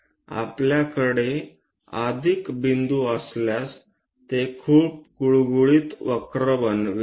आपल्याकडे अधिक बिंदू असल्यास ते खूप गुळगुळीत वक्र बनवेल